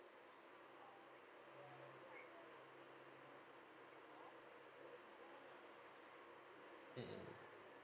mmhmm